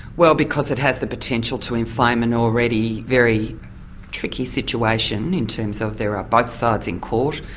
well because it has the potential to inflame an already very tricky situation, in terms of there are both sides in court,